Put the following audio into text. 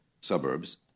suburbs